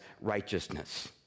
righteousness